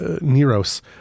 Neros